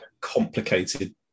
complicated